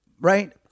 Right